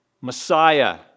Messiah